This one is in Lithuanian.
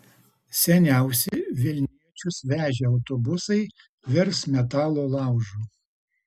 seniausi vilniečius vežę autobusai virs metalo laužu